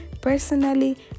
Personally